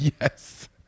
Yes